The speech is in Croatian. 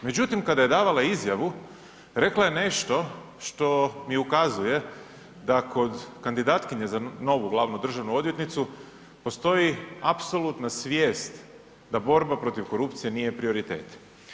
Međutim, kada je davala izjavu, rekla je nešto što mi ukazuje da kod kandidatkinje za novu glavnu državnu odvjetnicu postoji apsolutna svijest da borba protiv korupcije nije prioritet.